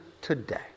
today